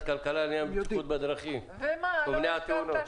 הכלכלה לעניין בטיחות בדרכים ומניעת תאונות.